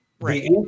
Right